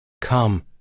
come